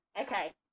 Okay